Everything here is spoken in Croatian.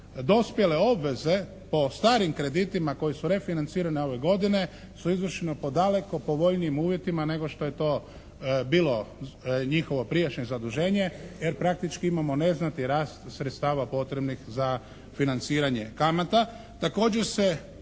dospjele obveze po starim kreditima koji su refinancirani ove godine su izvršeni po daleko povoljnijim uvjetima nego što je to bilo njihovo prijašnje zaduženje jer praktički imamo neznatni rast sredstava potrebnih za financiranje kamata.